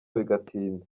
bigatinda